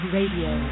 Radio